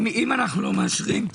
לא מאשרים?